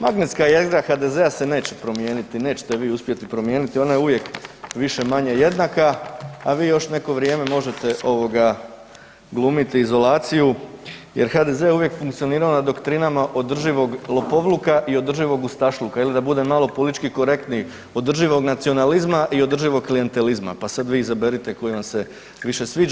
Magnetska jezgra HDZ-a se neće promijeniti, nećete je vi uspjeti promijeniti, ona je uvijek više-manje jednaka, a vi još neko vrijeme možete ovoga glumiti izolaciju jer HDZ je uvijek funkcionirala doktrinama održivog lopovluka i održivog ustašluka ili da budem malo politički korektniji održivog nacionalizma i održivog klijantelizma, pa sad vi izaberite koji vam se više sviđa.